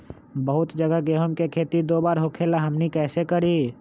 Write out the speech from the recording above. बहुत जगह गेंहू के खेती दो बार होखेला हमनी कैसे करी?